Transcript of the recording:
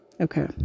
Okay